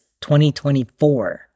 2024